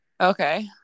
okay